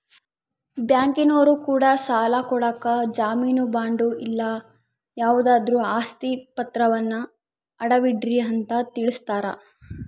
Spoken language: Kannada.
ಬ್ಯಾಂಕಿನರೊ ಕೂಡ ಸಾಲ ಕೊಡಕ ಜಾಮೀನು ಬಾಂಡು ಇಲ್ಲ ಯಾವುದಾದ್ರು ಆಸ್ತಿ ಪಾತ್ರವನ್ನ ಅಡವಿಡ್ರಿ ಅಂತ ತಿಳಿಸ್ತಾರ